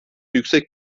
yüksek